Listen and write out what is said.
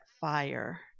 fire